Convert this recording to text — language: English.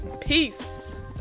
Peace